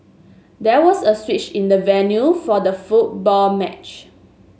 there was a switch in the venue for the football match